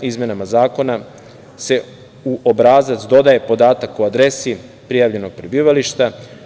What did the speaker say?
Izmenama zakona se u obrazac dodaje podatak o adresi prijavljenog prebivališta.